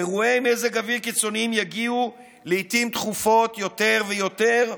אירועי מזג אוויר קיצוניים יגיעו לעיתים תכופות יותר ויותר: